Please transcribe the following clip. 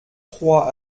trois